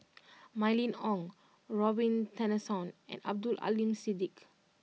Mylene Ong Robin Tessensohn and Abdul Aleem Siddique